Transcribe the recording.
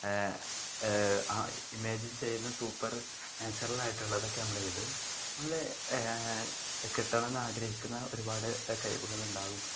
imagine ചെയ്യുന്ന supernatural ആയിട്ടുള്ളതൊക്കെ നമ്മൾ എഴുതും നമ്മൾ കിട്ടണം എന്ന് ആഗ്രഹിക്കുന്ന ഒരുപാട് കഴിവുകൾ ഉണ്ടാകും